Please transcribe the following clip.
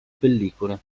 pellicole